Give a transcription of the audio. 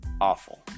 awful